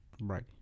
Right